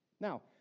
Now